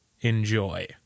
enjoy